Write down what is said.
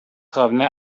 revenant